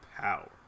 power